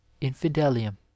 infidelium